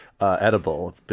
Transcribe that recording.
edible